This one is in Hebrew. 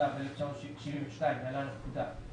התשל"ב-1972 (להלן הפקודה),